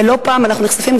ולא פעם אנחנו נחשפים,